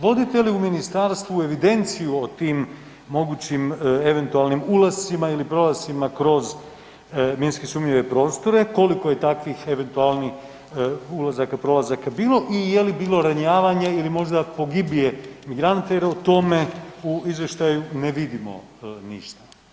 Vodite li u ministarstvu evidenciju o tim mogućim eventualnim ulascima ili prolascima kroz minski sumnjive prostore, koliko je takvih eventualnih ulazaka, prolazaka bilo i je li bilo ranjavanja ili možda pogibije migranata jer o tome u izvještaja ne vidimo ništa?